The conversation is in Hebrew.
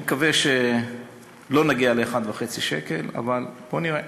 אני מקווה שלא נגיע ל-1.5 שקל, אבל בואו נראה.